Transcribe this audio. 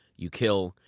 you kill,